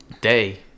day